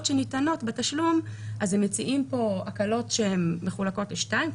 שניתנות בתשלום אז הם מציעים פה הקלות שמחולקות לשתיים,